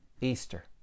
Easter